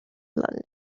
london